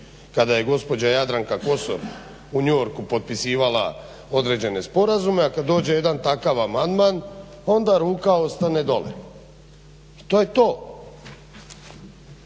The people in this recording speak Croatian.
kada je gospođa Jadranka Kosor u New Yorku potpisivala određene sporazume, a kada dođe jedan takav amandman onda ruka ostane dole. I to je to.